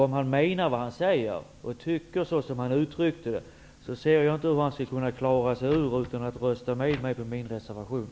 Om han menar vad han säger och tycker som han uttryckte det, ser jag inte hur han skall klara sig undan att rösta med mig på min reservation.